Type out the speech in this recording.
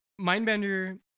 Mindbender